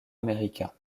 américains